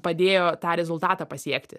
padėjo tą rezultatą pasiekti